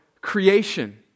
creation